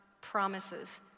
promises